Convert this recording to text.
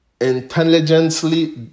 intelligently